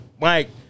Mike